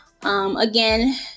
Again